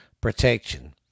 protection